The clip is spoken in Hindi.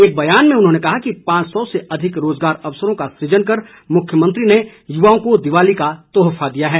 एक बयान में उन्होंने कहा है कि पांच सौ से अधिक रोजगार अवसरों का सुजन कर मुख्यमंत्री ने युवाओं को दिवाली का तोहफा दिया है